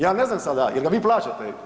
Ja ne znam sada, jel ga vi plaćate?